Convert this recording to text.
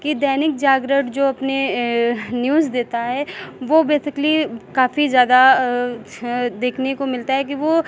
कि दैनिक जागरण जो अपने न्यूज़ देता है वो बेसिकली काफ़ी ज़्यादा देखने को मिलता है कि वो